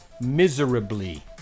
miserably